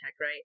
right